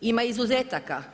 Ima izuzetaka.